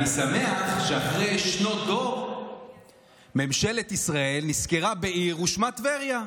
אני שמח שאחרי שנות דור ממשלת ישראל נזכרה בעיר ושמה טבריה.